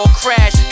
crash